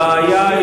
הוא לא מפריע לו.